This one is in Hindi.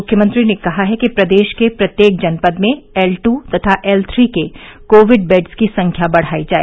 मुख्यमंत्री ने कहा है कि प्रदेश के प्रत्येक जनपद में एल टू तथा एल थ्री के कोविड बेड्स की संख्या बढ़ाई जाए